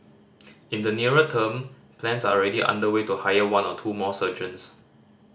in the nearer term plans are already underway to hire one or two more surgeons